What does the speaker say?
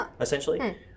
essentially